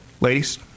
ladies